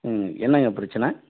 ம் என்னங்க பிரச்சனை